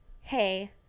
hey